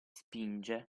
spinge